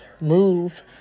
move